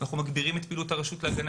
אנחנו מגבירים את פעילות הרשות להגנה